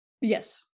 Yes